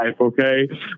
okay